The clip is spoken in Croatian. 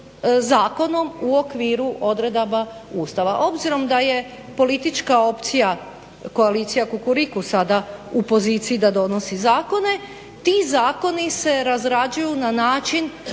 zakonom u okviru odredaba Ustava. Obzirom da je politička opcija koalicija Kukuriku u poziciji da donosi zakone. Ti zakoni se razrađuju na način